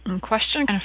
question